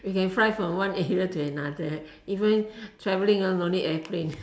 you can fly from one area to another even traveling ah no need airplane